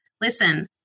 listen